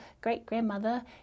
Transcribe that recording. great-grandmother